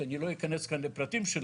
שאני לא אכנס כאן לפרטים שלה.